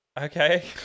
Okay